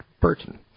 Burton